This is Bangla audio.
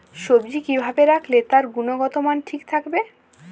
সবজি কি ভাবে রাখলে তার গুনগতমান ঠিক থাকবে?